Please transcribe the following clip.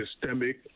systemic